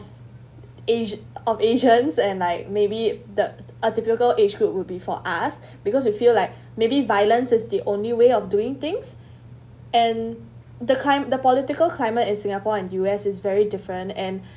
age of asians and like maybe the uh typical age group would be for us because you feel like maybe violence is the only way of doing things and the clim~ the political climate in singapore and U_S is very different and